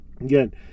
again